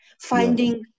Finding